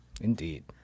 Indeed